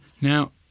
Now